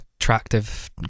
attractive